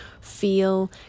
feel